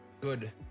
good